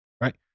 right